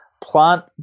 plant